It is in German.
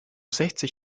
sechzig